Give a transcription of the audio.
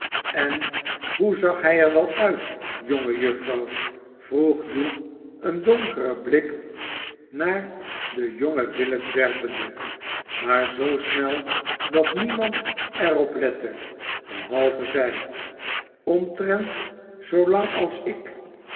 en hoe zag hij er wel uit jonge juffrouw vroeg hugh een donkeren blik naar den jongen willet werpende maar zoo snel dat niemand er op lette behalve zij omtrent zoo lang als ik